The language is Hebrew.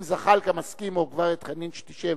אם זחאלקה מסכים או חנין שתשב